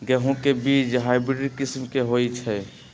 गेंहू के बीज हाइब्रिड किस्म के होई छई?